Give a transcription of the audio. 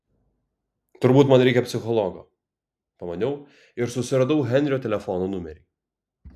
turbūt man reikia psichologo pamaniau ir susiradau henrio telefono numerį